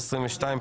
התשפ"ב-2022,